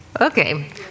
Okay